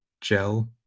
gel